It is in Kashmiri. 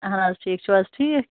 اَہَن حظ ٹھیٖک چھُو حظ ٹھیٖک